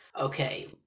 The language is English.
okay